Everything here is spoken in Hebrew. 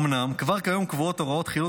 אומנם כבר כיום קבועות הוראות חילוט